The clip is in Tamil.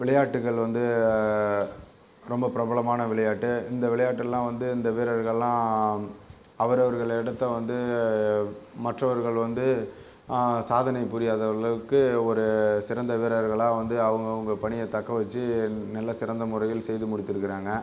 விளையாட்டுகள் வந்து ரொம்ப பிரபலமான விளையாட்டு இந்த விளையாட்டல்லாம் வந்து இந்த வீரர்கள்லாம் அவரவர்கள் இடத்த வந்து மற்றவர்கள் வந்து சாதனை புரியாத அளவுக்கு ஒரு சிறந்த வீரர்களாக வந்து அவங்கவங்க பணிய தக்கவச்சு நல்ல சிறந்த முறையில் செய்து முடித்திருக்கிறாங்க